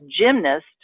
gymnast